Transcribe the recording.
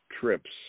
trips